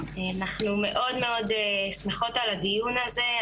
אנחנו מאוד מאוד שמחות על הדיון הזה,